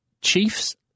Chiefs